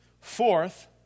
Fourth